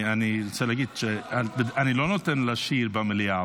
אני רוצה להגיד שאני לא נותן לשיר במליאה,